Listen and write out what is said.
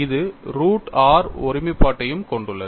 இது root r ஒருமைப்பாட்டையும் கொண்டுள்ளது